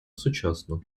сучасну